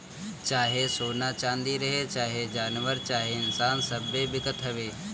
चाहे सोना चाँदी रहे, चाहे जानवर चाहे इन्सान सब्बे बिकत हवे